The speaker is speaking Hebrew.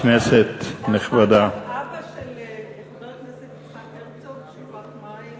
כנסת נכבדה אבא של חבר הכנסת יצחק הרצוג שפך מים.